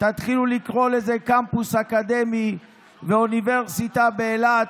תתחילו לקרוא לזה "קמפוס אקדמי" ו"אוניברסיטה באילת",